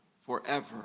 forever